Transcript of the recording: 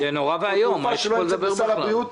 מה קורה כשתרופה לא נמצאת בסל הבריאות.